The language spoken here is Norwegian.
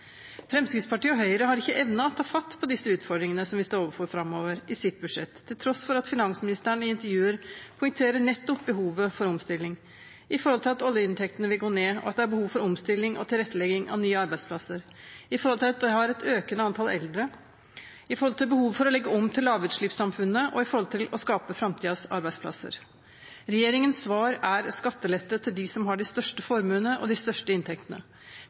Fremskrittspartiet og Høyre har ikke evnet å ta fatt på disse utfordringene som vi står overfor framover, i sitt budsjett, til tross for at finansministeren i intervjuer poengterer nettopp behovet for omstilling fordi oljeinntektene vil gå ned, og at det er behov for omstilling og tilrettelegging av nye arbeidsplasser fordi vi har et økende antall eldre, fordi vi har behov for å legge om til lavutslippssamfunnet, og fordi vi har behov for å skape framtidens arbeidsplasser. Regjeringens svar er skattelette til dem som har de største formuene og de største inntektene.